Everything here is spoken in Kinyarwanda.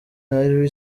harry